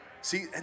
See